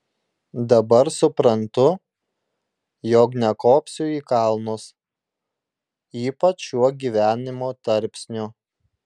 dabar suprantu jog nekopsiu į kalnus ypač šiuo gyvenimo tarpsniu